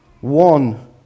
One